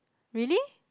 really